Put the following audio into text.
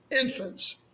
infants